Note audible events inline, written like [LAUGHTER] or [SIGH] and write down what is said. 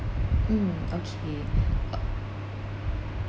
mm okay [BREATH] uh